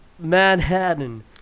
manhattan